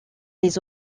les